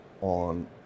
on